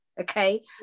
okay